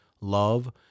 love